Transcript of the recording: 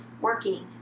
working